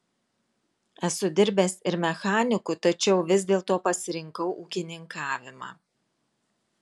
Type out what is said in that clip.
esu dirbęs ir mechaniku tačiau vis dėlto pasirinkau ūkininkavimą